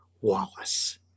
Wallace